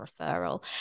referral